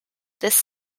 this